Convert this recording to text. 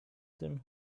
tym